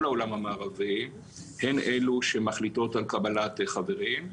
העולם המערבי הן אלה שמחליטות על קבלת חברים.